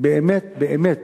באמת באמת